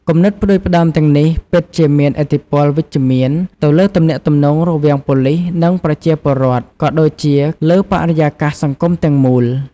គំនិតផ្តួចផ្តើមទាំងនេះពិតជាមានឥទ្ធិពលវិជ្ជមានទៅលើទំនាក់ទំនងរវាងប៉ូលិស និងប្រជាពលរដ្ឋ ក៏ដូចជាលើបរិយាកាសសង្គមទាំងមូល។